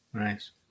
Nice